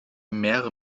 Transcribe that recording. mehrere